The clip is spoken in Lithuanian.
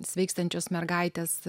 sveikstančios mergaitės